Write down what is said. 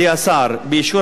באישור הממשלה,